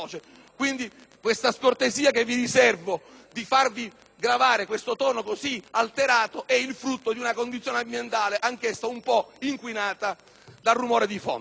io stesso. La scortesia che vi riservo, di farvi gravare questo tono così alterato, è quindi il frutto di una condizione ambientale anch'essa un po' inquinata dal rumore di fondo.